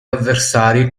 avversari